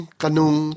kanung